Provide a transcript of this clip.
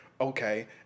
okay